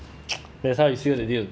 that's how you seal the deal